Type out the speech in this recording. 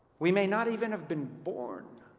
we may not even have been born,